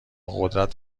قدرت